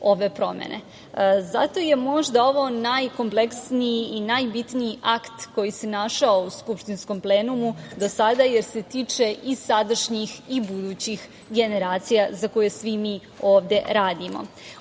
ove promene. Zato je možda ovo najkompleksniji i najbitniji akt koji se našao u skupštinskom plenumu do sada, jer se tiče i sadašnjih i budućih generacija za koje svi mi ovde radimo. Ono